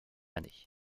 année